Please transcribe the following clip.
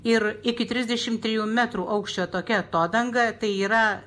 ir iki trisdešimt trijų metrų aukščio tokia atodanga tai yra